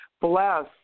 bless